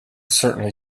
certainly